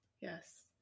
Yes